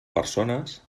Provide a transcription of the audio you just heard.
persones